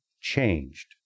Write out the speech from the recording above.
changed